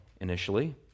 initially